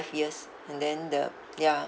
years and then the ya